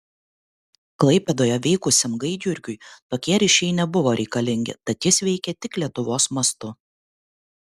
klaipėdoje veikusiam gaidjurgiui tokie ryšiai nebuvo reikalingi tad jis veikė tik lietuvos mastu